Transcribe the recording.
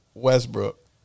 Westbrook